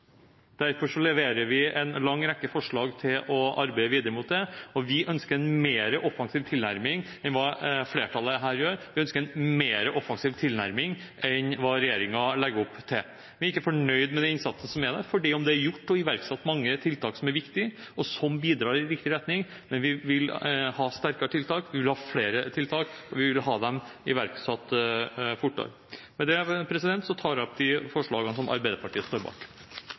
Derfor leverer vi en lang rekke forslag for å arbeide videre med dette. Vi ønsker en mer offensiv tilnærming enn det flertallet her gjør, og vi ønsker en mer offensiv tilnærming enn det regjeringen legger opp til. Vi er ikke fornøyd med den innsatsen som er der, selv om det er gjort og iverksatt mange tiltak som er viktige, og som bidrar i riktig retning. Vi vil ha sterkere tiltak, vi vil ha flere tiltak, og vi vil ha dem iverksatt fortere. Med dette tar jeg opp det forslaget Arbeiderpartiet står bak.